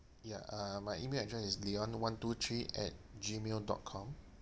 ya uh my email address is leon one two three at gmail dot com